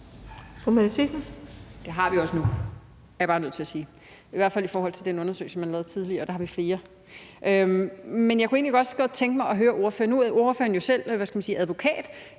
Det har vi også nu, er jeg bare nødt til at sige. I hvert fald i forhold til den undersøgelse, man lavede tidligere, har vi flere. Nu er ordføreren jo selv advokat